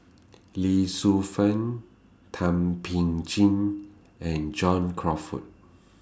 Lee Shu Fen Thum Ping Tjin and John Crawfurd